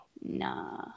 nah